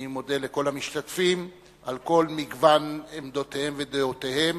אני מודה לכל המשתתפים על כל מגוון עמדותיהם ודעותיהם.